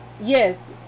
Yes